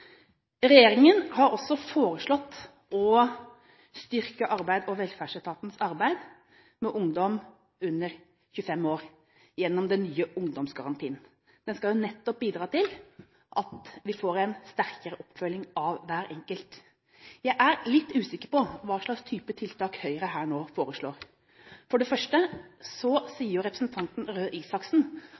Regjeringen har også foreslått å styrke Arbeids- og velferdsetatens arbeid med ungdom under 25 år, gjennom den nye ungdomsgarantien. Den skal nettopp bidra til at vi får en sterkere oppfølging av hver enkelt. Jeg er litt usikker på hva slags tiltak Høyre her nå foreslår. For det første sier representanten Røe Isaksen